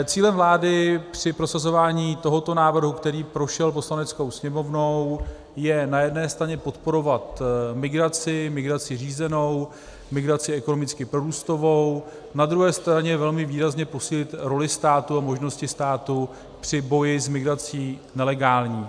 Cílem vlády při prosazování tohoto návrhu, který prošel Poslaneckou sněmovnou, je na jedné straně podporovat migraci, migraci řízenou, migraci ekonomicky prorůstovou, na druhé straně velmi výrazně posílit roli státu a možnosti státu při boji s migrací nelegální.